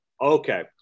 Okay